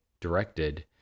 directed